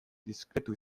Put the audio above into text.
diskretu